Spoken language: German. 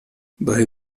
bei